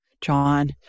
John